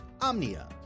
Omnia